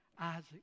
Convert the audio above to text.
Isaac